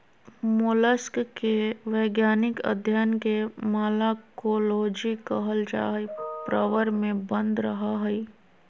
mollusc के वैज्ञानिक अध्यन के मालाकोलोजी कहल जा हई, प्रवर में बंद रहअ हई